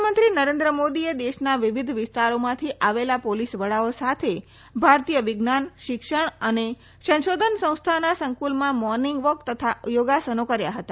પ્રધાનમંત્રી નરેન્દ્ર મોદીએ દેશના વિવિધ વિસ્તારોમાંથી આવેલા પોલીસવડાઓ સાથે ભારતીય વિજ્ઞાન શિક્ષણ અને સંશોધન સંસ્થાના સંકુલમાં મોર્મિંગ વોક તથા યોગાસનો કર્યા હતા